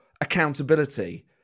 accountability